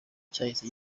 cyahise